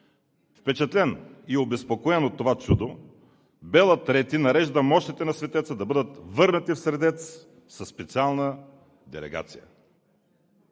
Впечатлен и обезпокоен от това чудо, крал Бела III нарежда мощите на светеца да бъдат върнати със специална делегация